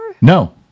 No